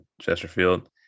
Chesterfield